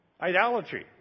Idolatry